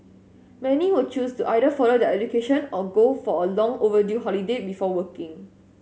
many will choose to either further their education or go for a long overdue holiday before working